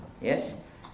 yes